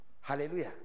Hallelujah